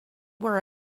were